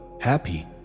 happy